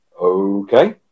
okay